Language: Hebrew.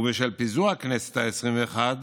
בשל פיזור הכנסת העשרים-ואחת